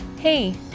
Hey